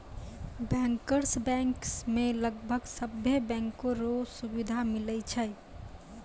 bankers bank मे लगभग सभे बैंको रो सुविधा मिलै छै